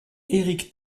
éric